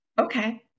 Okay